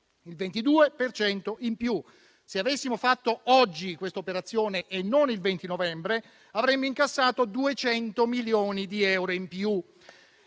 cento in più. Se avessimo fatto oggi questa operazione e non il 20 novembre, avremmo incassato 200 milioni di euro in più